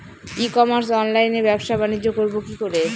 ই commerce অনলাইনে ব্যবসা বানিজ্য করব কি করে?